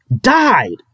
died